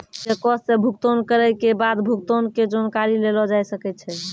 चेको से भुगतान करै के बाद भुगतान के जानकारी लेलो जाय सकै छै